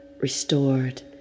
restored